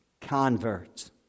convert